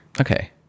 Okay